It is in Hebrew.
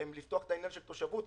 לפתוח את עניין התושבות,